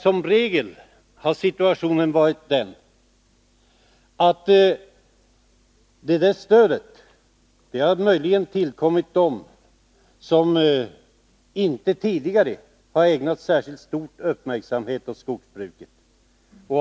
Som regel har situationen varit den att detta stöd möjligen har kommit dem till del som inte tidigare har ägnat särskilt stor uppmärksamhet åt skogsbruket.